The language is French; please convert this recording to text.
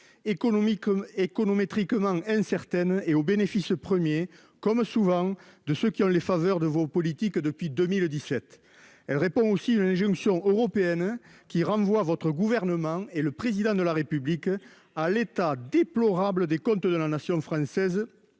économétrie. Incertaine et au bénéfice premier comme souvent de ceux qui ont les faveurs de vos politique depuis 2017. Elle répond aussi l'injonction européenne qui renvoie votre gouvernement et le président de la République à l'état déplorable des comptes de la nation française.